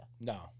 No